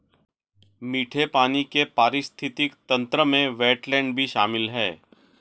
मीठे पानी के पारिस्थितिक तंत्र में वेट्लैन्ड भी शामिल है